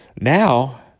Now